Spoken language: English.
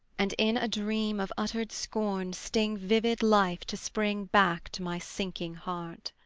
and in a dream of uttered scorn sting vivid life to spring back to my sinking heart.